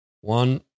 One